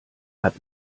hat